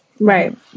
Right